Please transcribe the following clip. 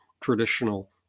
traditional